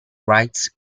rights